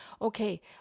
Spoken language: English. Okay